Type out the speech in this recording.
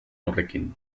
horrekin